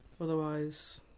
Otherwise